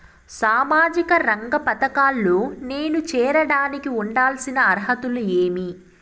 సామాజిక రంగ పథకాల్లో నేను చేరడానికి ఉండాల్సిన అర్హతలు ఏమి?